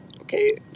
okay